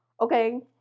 okay